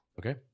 Okay